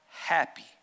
happy